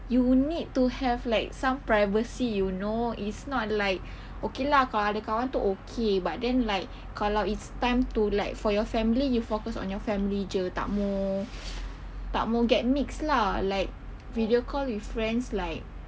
you will need to have like some privacy you know it's not like okay lah kalau ada kawan tu okay but then like kalau it's time to like for your family you focus on your family jer tak mahu get mixed lah like video call with friends like